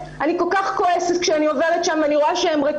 ואתם תקבלו לוחות זמנים